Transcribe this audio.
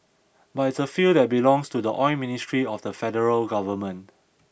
but it's a field that belongs to the oil ministry of the federal government